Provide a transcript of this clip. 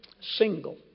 single